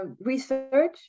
research